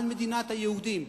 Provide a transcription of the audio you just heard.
על מדינת היהודים.